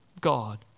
God